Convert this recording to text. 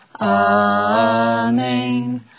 Amen